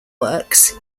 works